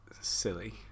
silly